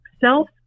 self